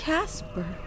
Casper